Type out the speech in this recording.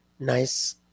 Nice